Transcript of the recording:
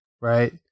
right